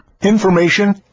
Information